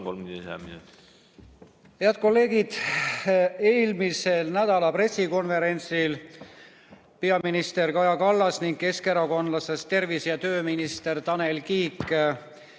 Head kolleegid! Eelmise nädala pressikonverentsil peaminister Kaja Kallas ning keskerakondlasest tervise- ja tööminister Tanel Kiik